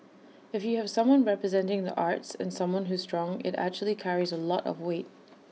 if you have someone representing the arts and someone who's strong IT actually carries A lot of weight